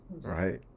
right